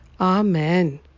Amen